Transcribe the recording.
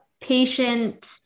patient